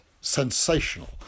sensational